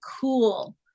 cool